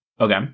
Okay